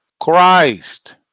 Christ